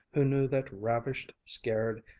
who knew that ravished, scared,